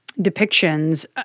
depictions